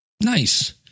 Nice